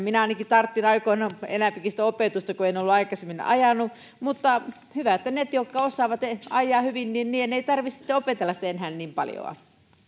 minä ainakin tarvitsin aikoinaan enempikin sitä opetusta kun en ollut aikaisemmin ajanut mutta hyvä että niiden jotka osaavat ajaa hyvin ei tarvitse sitten opetella sitä enää niin paljoa